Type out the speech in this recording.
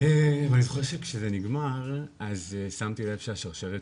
ואני זוכר שכשזה נגמר אז שמתי לב שהשרשרת